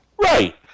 Right